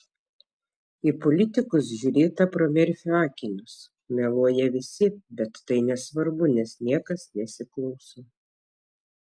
į politikus žiūrėta pro merfio akinius meluoja visi bet tai nesvarbu nes niekas nesiklauso